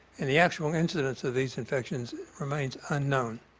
and the actual incidence of these infections remains unknown.